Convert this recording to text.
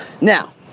Now